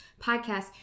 podcast